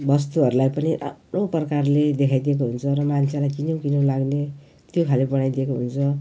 वस्तुहरूलाई पनि राम्रो प्रकारले देखाइदिएको हुन्छ र मान्छेलाई किनौँ किनौँ लाग्ने त्यो खाले बनाइदिएको हुन्छ